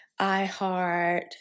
iHeart